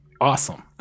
Awesome